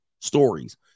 stories